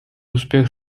успех